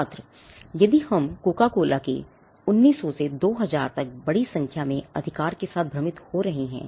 छात्र यदि हम कोका कोला के 1900 से 2000 तक बड़ी संख्या में अधिकार के साथ भ्रमित हो रहे हैं